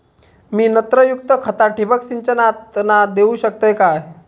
मी नत्रयुक्त खता ठिबक सिंचनातना देऊ शकतय काय?